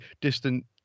distant